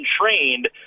trained